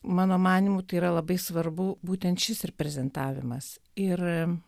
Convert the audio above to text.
mano manymu tai yra labai svarbu būtent šis reprezentavimas ir